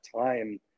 time